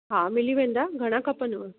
हा मिली वेंदा घणा खपनि